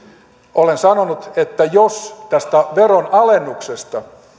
olen sanonut että jos tästä veronalennuksesta